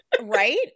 right